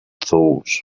those